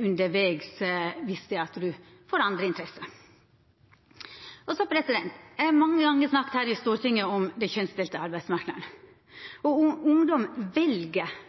undervegs viss ein får andre interesser. Eg har mange gonger her i Stortinget snakka om den kjønnsdelte arbeidsmarknaden. Ungdomen vel framleis veldig tradisjonelt, spesielt i vidaregåande utdanning. Eg gjentek tala mine: Det er 3–4 pst. jenter på elektro og